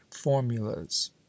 formulas